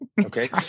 okay